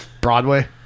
Broadway